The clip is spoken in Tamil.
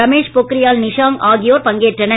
ரமேஷ் பொக்ரியால் நிஷாங்க் ஆகியோர் பங்கேற்றனர்